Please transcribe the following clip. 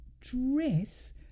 dress